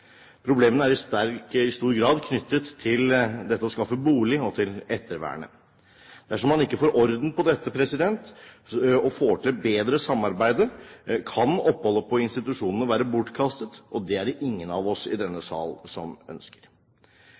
Problemene er i stor grad knyttet til det å skaffe bolig og til ettervern. Dersom man ikke får orden på dette, og får til bedre samarbeid, kan oppholdet på institusjon være bortkastet. Og det er det ingen av oss i denne sal som ønsker.